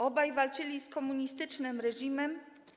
Obaj walczyli z komunistycznym reżimem.